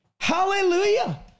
Hallelujah